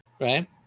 right